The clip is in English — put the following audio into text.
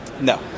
No